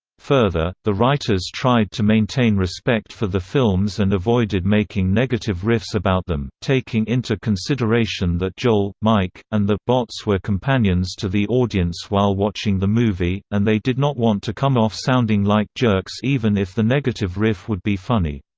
further, the writers tried to maintain respect for the films and avoided making negative riffs about them, taking into consideration that joel, mike, and the bots were companions to the audience while watching the movie, and they did not want to come off sounding like jerks even if the negative riff would be funny.